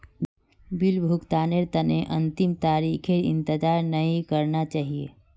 bill भुगतानेर तने अंतिम तारीखेर इंतजार नइ करना चाहिए